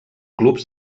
clubs